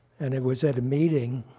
and it was at a meeting,